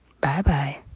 Bye-bye